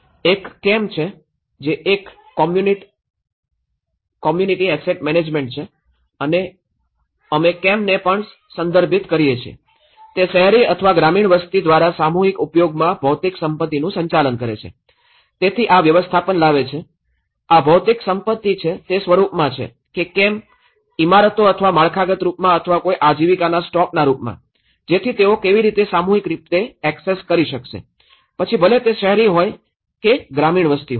એક CAM છે જે એક કમ્યુનિટિ એસેટ મેનેજમેન્ટ છે અને અમે CAMને પણ સંદર્ભિત કરીએ છીએ તે શહેરી અથવા ગ્રામીણ વસ્તી દ્વારા સામૂહિક ઉપયોગમાં ભૌતિક સંપત્તિનું સંચાલન છે તેથી આ વ્યવસ્થાપન લાવે છે આ ભૌતિક સંપત્તિ છે તે સ્વરૂપમાં છે કે કેમ ઇમારતો અથવા માળખાગત રૂપમાં અથવા કોઈ આજીવિકાના સ્ટોકના રૂપમાં જેથી તેઓ કેવી રીતે સામૂહિક રૂપે એક્સેસ કરી શકશે પછી ભલે તે શહેરી હોય કે ગ્રામીણ વસ્તી હોય